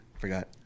forgot